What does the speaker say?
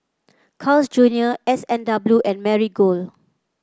Carl's Junior S and W and Marigold